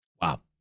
Wow